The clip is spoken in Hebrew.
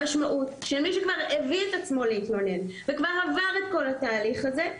המשמעות של מי שכבר הביא את עצמו להתלונן וכבר עבר את כל התהליך הזה,